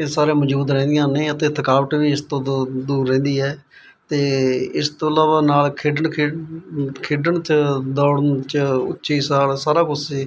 ਇਹ ਸਾਰੇ ਮੌਜੂਦ ਰਹਿੰਦੀਆਂ ਨੇ ਅਤੇ ਥਕਾਵਟ ਵੀ ਇਸ ਤੋਂ ਦੂ ਦੂਰ ਰਹਿੰਦੀ ਹੈ ਤੇ ਇਸ ਤੋਂ ਇਲਾਵਾ ਨਾਲ ਖੇਡਣ ਖੇ ਖੇਡਣ ਚ ਦੌੜਨ ਚ ਉੱਚੀ ਸਾਹ ਸਾਰਾ ਕੁਛ ਜੀ